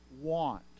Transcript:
want